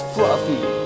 Fluffy